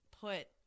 put